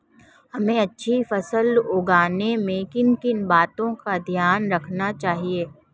हमें अच्छी फसल उगाने में किन किन बातों का ध्यान रखना चाहिए?